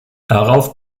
darauf